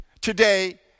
today